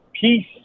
peace